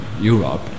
Europe